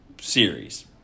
series